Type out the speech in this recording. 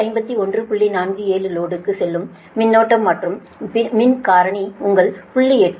47 லோடுக்கு செல்லும் மின்னோட்டம் மற்றும் மின் காரணி உங்கள் 0